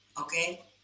Okay